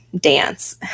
dance